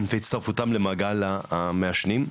והצטרפותם למעגל המעשנים.